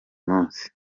munsi